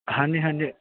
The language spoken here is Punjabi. ਹਾਂਜੀ ਹਾਂਜੀ